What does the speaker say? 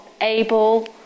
able